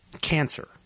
cancer